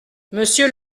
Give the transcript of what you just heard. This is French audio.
monsieur